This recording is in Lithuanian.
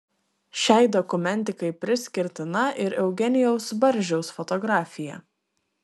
šiai dokumentikai priskirtina ir eugenijaus barzdžiaus fotografija